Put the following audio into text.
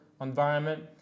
environment